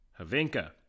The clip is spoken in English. Havinka